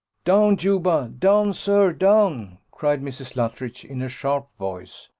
down, juba down, sir, down! cried mrs. luttridge, in a sharp voice.